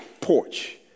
porch